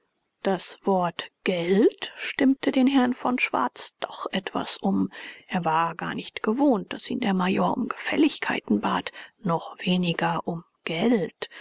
das wort geld stimmte den herrn von schwarz doch etwas um er war gar nicht gewohnt daß ihn der major um gefälligkeiten bat noch weniger um geld